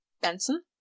Benson